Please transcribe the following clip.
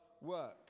work